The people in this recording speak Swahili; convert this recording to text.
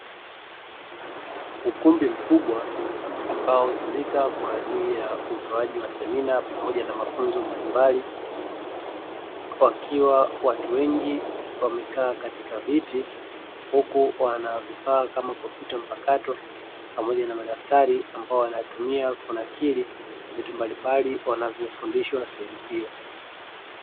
Ukumbi mkubwa ambao hutumika kwa ajili ya utoaji wa semina pamoja na mafunzo mbalimbali, wakiwa watu wengi wamekaa katika viti huku wakiwa na vifaa aina ya kompyuta mpakato pamoja na madaftari, ambayo wanatumia kwa ajili ya kunakili vitu mbalimbali ambavyo wanafundishwa sehemu hiyo.